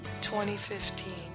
2015